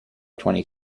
twenty